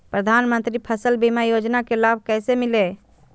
प्रधानमंत्री फसल बीमा योजना के लाभ कैसे लिये?